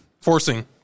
forcing